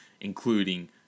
including